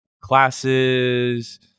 classes